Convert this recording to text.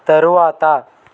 తరువాత